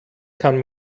kann